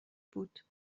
بود